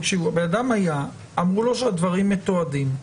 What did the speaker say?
בן אדם היה, אמרו לו שהדברים מתועדים,